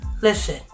Listen